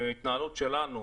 ההתנהלות שלנו,